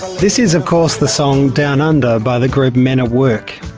this is of course the song downunder by the group men at work.